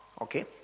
Okay